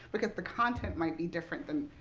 because the content might be different than